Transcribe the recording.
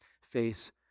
face